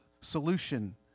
solution